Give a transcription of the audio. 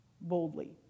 boldly